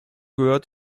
gehört